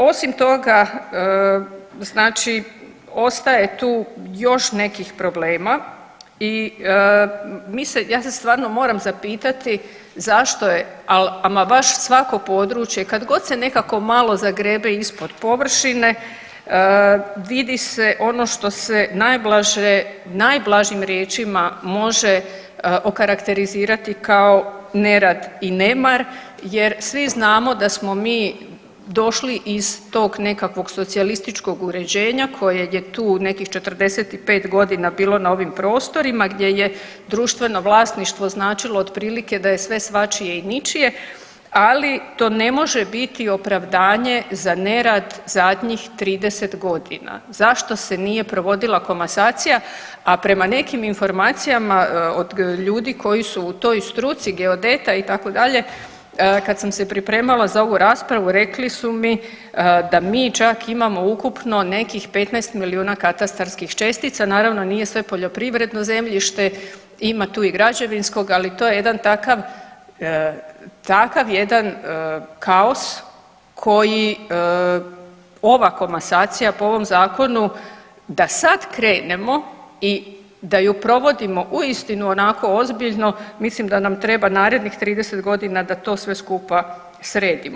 Osim toga, znači ostaje tu još nekih problema i mi se, ja se stvarno moram zapitati zašto je al ama baš svako područje kad god se nekako malo zagrebe ispod površine, vidi se ono što se najblaže, najblažim riječima može okarakterizirati kao nerad i nemar jer svi znamo da smo mi došli iz tog nekakvog socijalističkog uređenja kojeg je tu nekih 45 godina bilo na ovim prostorima gdje je društveno vlasništvo značilo otprilike da je sve svačije i ničije, ali to ne može biti opravdanje za nerad zadnjih 30 godina zašto se nije provodila komasacija, a prema nekim informacijama od ljudi koji su u toj struci, geodeta itd., kad sam se pripremala za ovu raspravu rekli su mi da mi čak imamo ukupno nekih 15 miliona katastarskih čestica, naravno nije sve poljoprivredno zemljište ima tu i građevinskog, ali to je jedan takav, takav jedan kaos koji ova komasacija po ovom zakonu da sad krenemo i da ju provodimo uistinu onako ozbiljno mislim da nam treba narednih 30 godina da to sve skupa sredimo.